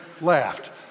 laughed